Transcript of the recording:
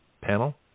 Panel